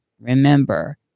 remember